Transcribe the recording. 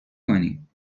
کنیم